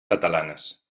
catalanes